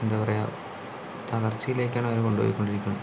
എന്താ പറയുക തകർച്ചയിലേക്കാണ് അവരെ കൊണ്ടുപോയി കൊണ്ടിരിക്കുന്നത്